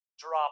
drop